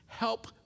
Help